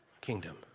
kingdom